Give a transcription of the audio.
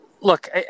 look